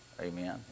amen